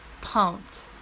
pumped